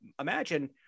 imagine